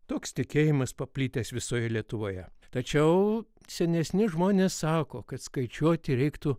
toks tikėjimas paplitęs visoje lietuvoje tačiau senesni žmonės sako kad skaičiuoti reiktų